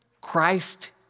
Christ